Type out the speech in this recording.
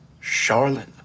Charlotte